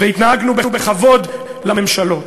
והתנהגנו בכבוד לממשלות.